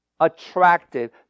attractive